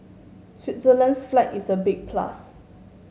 Switzerland's flag is a big plus